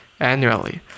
Annually